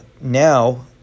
now